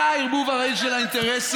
אתה הערבוב הרעיל של האינטרסים.